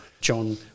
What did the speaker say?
John